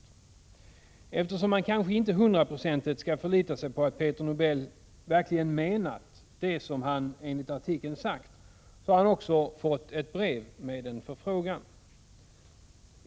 Eftersom man kanske inte skall förlita sig hundraprocentigt på att Peter Nobel verkligen menat det som han enligt artikeln sagt, så har han också fått ett brev med en förfrågan.